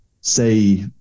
say